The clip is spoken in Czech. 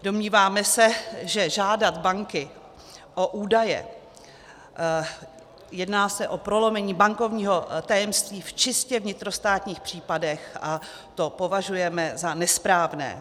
Domníváme se, že žádat banky o údaje, jedná se o prolomení bankovního tajemství v čistě vnitrostátních případech a to považujeme za nesprávné.